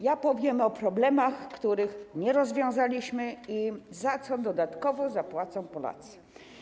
Ja powiem o problemach, których nie rozwiązaliśmy, i o tym, za co dodatkowo zapłacą Polacy.